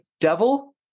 devil